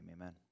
amen